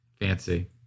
Fancy